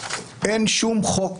אין שום חוק